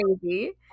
crazy